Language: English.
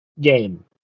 game